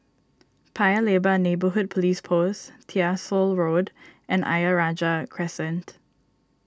Paya Lebar Neighbourhood Police Post Tyersall Road and Ayer Rajah Crescent